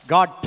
God